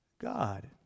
God